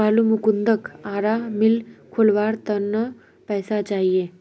बालमुकुंदक आरा मिल खोलवार त न पैसा चाहिए